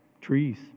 Trees